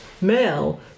male